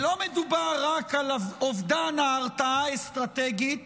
ולא מדובר רק על אובדן ההרתעה האסטרטגית.